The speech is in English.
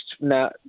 now